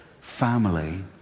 family